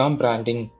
branding